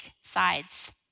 sides